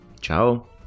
Ciao